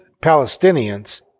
Palestinians